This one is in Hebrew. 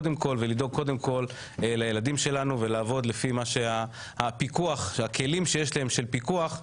לדאוג לילדים שלנו ולעבוד לפי הכלים שיש להן של פיקוח,